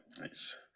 Nice